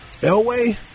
Elway